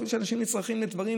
אפילו שאנשים צריכים אותה לדברים,